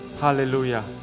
Hallelujah